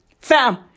Fam